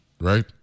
right